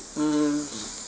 mm